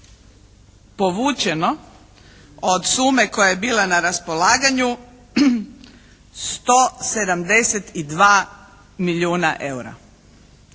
povućeno od sume koja je bila na raspolaganju 172 milijuna eura.